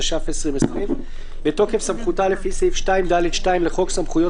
התש"ף 2020 "בתוקף סמכותה לפי סעיף 2(ד)(2) לחוק סמכויות